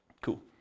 Cool